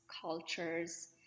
cultures